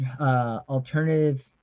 alternative